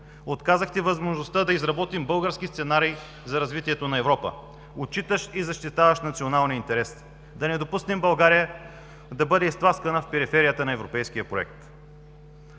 Отказахте възможността да изработим български сценарий за развитието на Европа, отчитащ и защитаващ националния интерес – да не допуснем България да бъде изтласкана в периферията на европейския проект.